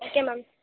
okay ma'am